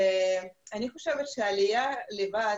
אני חושבת שעלייה לבד,